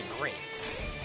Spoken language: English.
great